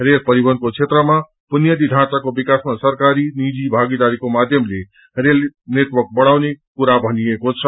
rail परिवहनको क्षेत्रामा बुनियादी ढ़ाँचाको विकासमा सरकारी निजी भागीदारीाको माध्यमले रेल नेटवर्क बढ़ाउने कुरा भनिएको छ